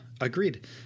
agreed